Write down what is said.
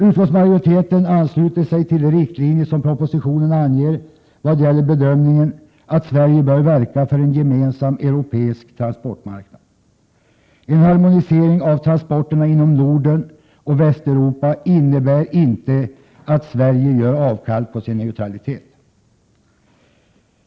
Utskottsmajoriteten ansluter sig till de riktlinjer som propositionen anger i vad gäller bedömningen att Sverige bör verka för en gemensam europeisk transportmarknad. En harmonisering av transporterna inom Norden och Västeuropa innebär inte att Sverige avstår från sin neutralitet.